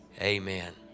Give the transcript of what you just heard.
Amen